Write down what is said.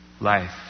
life